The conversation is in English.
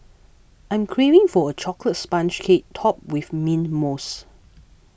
I am craving for a Chocolate Sponge Cake Topped with Mint Mousse